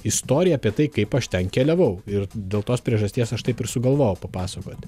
istoriją apie tai kaip aš ten keliavau ir dėl tos priežasties aš taip ir sugalvojau papasakoti